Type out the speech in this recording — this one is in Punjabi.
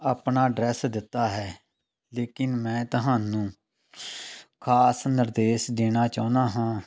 ਆਪਣਾ ਡਰੈਸ ਦਿੱਤਾ ਹੈ ਲੇਕਿਨ ਮੈਂ ਤੁਹਾਨੂੰ ਖ਼ਾਸ ਨਿਰਦੇਸ਼ ਦੇਣਾ ਚਾਹੁੰਦਾ ਹਾਂ